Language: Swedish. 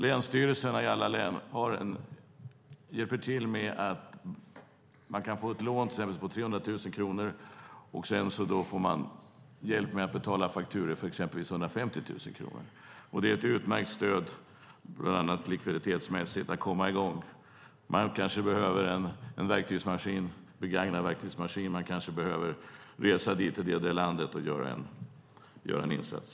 Länsstyrelserna i alla län hjälper företag att få lån på exempelvis 300 000 kronor. Sedan får företagen hjälp att betala fakturor för exempelvis 150 000 kronor. Det är ett utmärkt stöd, bland annat likviditetsmässigt, för att komma i gång. Ett företag kanske behöver en begagnad verktygsmaskin, och företagaren kanske behöver resa till säljarens land för att göra en insats.